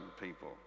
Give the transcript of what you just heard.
people